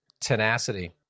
Tenacity